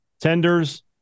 Tenders